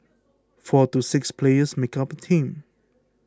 four to six players make up a team